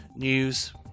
news